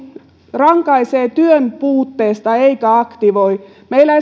rankaisee työn puutteesta eikä aktivoi esimerkiksi meillä